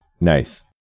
Nice